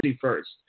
first